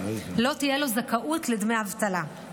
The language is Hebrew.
לא תהיה לו זכאות לדמי אבטלה.